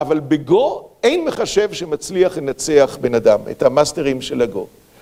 אבל בגו אין מחשב שמצליח לנצח בן אדם, את המאסטרים של הגו.